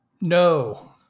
No